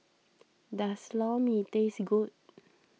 does Lor Mee taste good